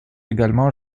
également